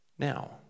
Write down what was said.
Now